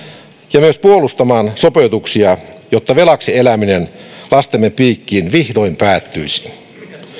ja myös puolustamaan sopeutuksia jotta velaksi eläminen lastemme piikkiin vihdoin päättyisi